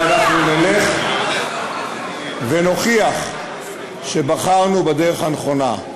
ואנחנו נלך ונוכיח שבחרנו בדרך הנכונה.